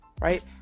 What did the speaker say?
right